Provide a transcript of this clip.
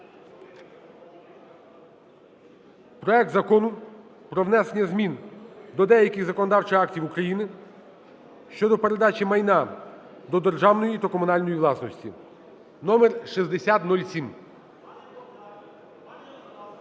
Проект Закону про внесення змін до деяких законодавчих актів України (щодо передачі майна до державної та комунальної власності) (№ 6007).